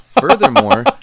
furthermore